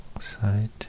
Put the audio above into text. side